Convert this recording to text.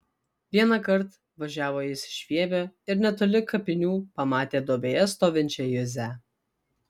vienąkart važiavo jis iš vievio ir netoli kapinių pamatė duobėje stovinčią juzę